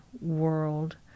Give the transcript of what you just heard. world